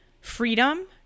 freedom